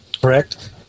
correct